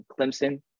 clemson